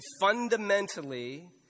fundamentally